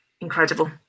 incredible